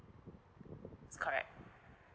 that's correct